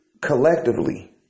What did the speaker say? collectively